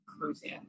cruising